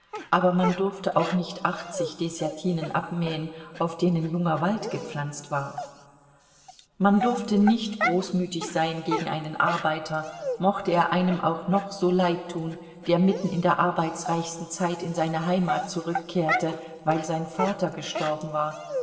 aber man durfte auch nicht achtzig deßjatinen abmähen auf denen junger wald gepflanzt war man durfte nicht großmütig sein gegen einen arbeiter mochte er einem auch noch so leid tun der mitten in der arbeitsreichsten zeit in seine heimat zurückkehrte weil sein vater gestorben war